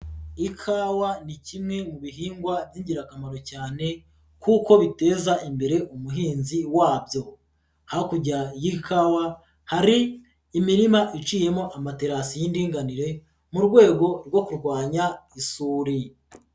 Ikawa ni kimwe mu bihingwa b'ingirakamaro cyane kuko biteza imbere umuhinzi wabyo. Hakurya y'ikawa hari imirima iciyemo amaterasi y'indinganire mu rwego rwo kurwanya isuri.